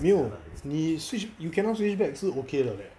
没有你 switch you cannot switch back 是 okay 的 leh